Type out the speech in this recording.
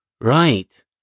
Right